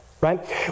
right